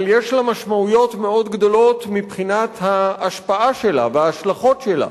אבל יש לה משמעויות מאוד גדולות מבחינת ההשפעה שלה וההשלכות שלה.